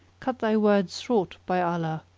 cut thy words short, by allah!